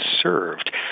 served